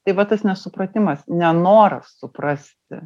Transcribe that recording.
tai va tas nesupratimas nenoras suprasti